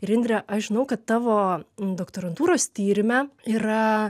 ir indre aš žinau kad tavo doktorantūros tyrime yra